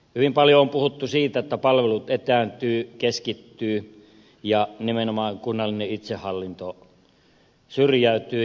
hyvin paljon on puhuttu siitä että palvelut etääntyvät keskittyvät ja nimenomaan kunnallinen itsehallinto syrjäytyy